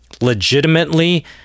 legitimately